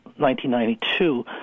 1992